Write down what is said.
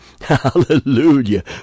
Hallelujah